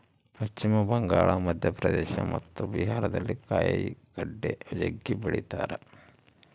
ಪಶ್ಚಿಮ ಬಂಗಾಳ, ಮಧ್ಯಪ್ರದೇಶ ಮತ್ತು ಬಿಹಾರದಲ್ಲಿ ಕಾಯಿಗಡ್ಡೆ ಜಗ್ಗಿ ಬೆಳಿತಾರ